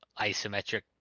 isometric